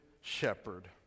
shepherd